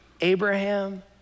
Abraham